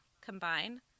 combine